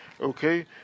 Okay